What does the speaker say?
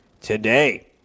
today